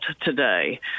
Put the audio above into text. today